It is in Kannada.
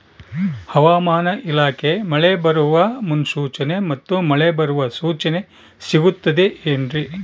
ಹವಮಾನ ಇಲಾಖೆ ಮಳೆ ಬರುವ ಮುನ್ಸೂಚನೆ ಮತ್ತು ಮಳೆ ಬರುವ ಸೂಚನೆ ಸಿಗುತ್ತದೆ ಏನ್ರಿ?